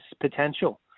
potential